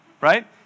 right